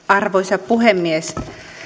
arvoisa puhemies